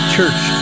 Church